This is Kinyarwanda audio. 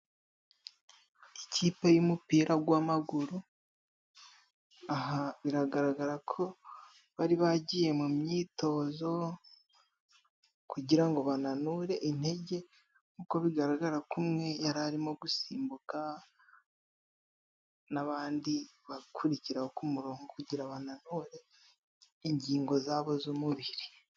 Ikipe y'umupira gw'amaguru, aha biragaragara ko bari bagiye mu myitozo kugira ngo bananure intege. Uko bigaragara ko umwe yari arimo gusimbuka n'abandi bakurikiraho ku murongo, kugira ngo ingingo zabo z'umubiri.